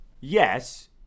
yes